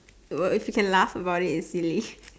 if you can laugh about it it's silly